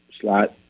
slot